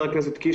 קיש,